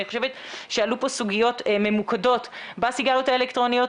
חושבת שעלו פה סוגיות ממוקדות בסיגריות האלקטרוניות.